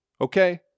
okay